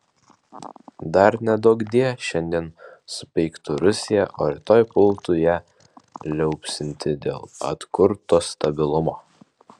dar neduokdie šiandien supeiktų rusiją o rytoj pultų ją liaupsinti dėl atkurto stabilumo